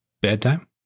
bedtime